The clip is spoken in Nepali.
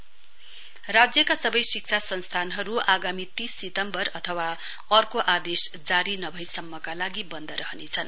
एड्यूकेश्न राज्यका सबै शिक्षा संस्थानहरु आगामी तीस सितम्बर अथवा अर्को आदेश जारी नभएसम्मका लागि बन्द रहनेछन्